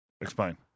Explain